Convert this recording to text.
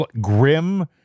grim